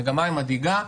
המגמה מדאיגה,